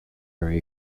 very